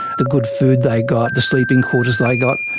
the good food they got, the sleeping quarters they got.